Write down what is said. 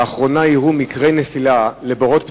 לאחרונה אירעו מקרי נפילה לבורות פתוחים,